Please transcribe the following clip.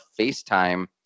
FaceTime